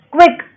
Quick